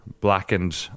blackened